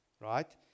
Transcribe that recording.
Right